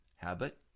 habit